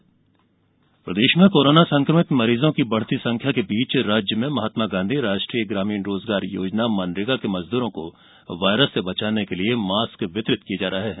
mask वितरण प्रदेश में कोरोना संक्रमित मरीजों की बढ़ती संख्या के बीच राज्य में महात्मा गांधी राष्ट्रीय ग्रामीण रोजगार योजना मनरेगा मजदूरों को वायरस से बचाने के लिए मॉस्क वितरित किये जा रहे है